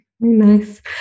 Nice